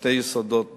שני יסודות ברזל: